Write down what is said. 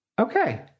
Okay